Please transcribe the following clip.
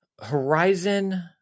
Horizon